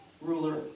ruler